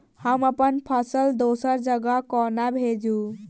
हम अप्पन फसल दोसर जगह कोना भेजू?